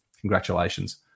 Congratulations